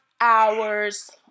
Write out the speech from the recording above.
hours